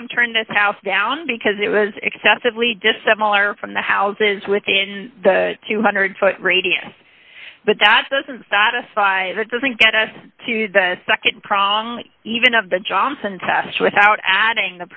com turned this house down because it was excessively dissimilar from the houses within the two hundred foot radius but that doesn't satisfy that doesn't get us to the nd prong even of the johnson test without adding